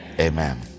amen